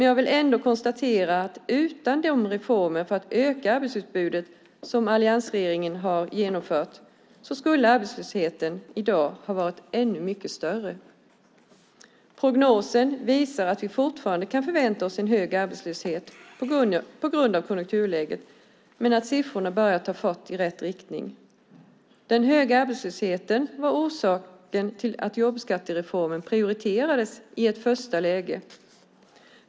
Jag konstaterar ändå att utan de reformer för att öka arbetsutbudet som alliansregeringen har genomfört skulle arbetslösheten i dag ha varit ännu mycket större. Prognosen visar att vi fortfarande kan vänta oss en hög arbetslöshet på grund av konjunkturläget men att siffrorna börjar ta fart i rätt riktning. Den höga arbetslösheten var orsaken till att jobbskattereformen prioriterades i ett första läge.